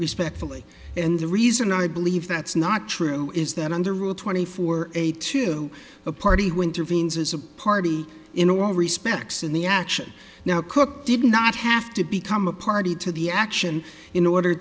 respectfully and the reason i believe that's not true is that under rule twenty four a to a party winter viens is a party in all respects in the action now cook did not have to become a party to the action in order